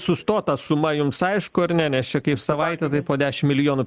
sustota suma jums aišku ar ne nes čia kaip savaitė tai po dešimt milijonų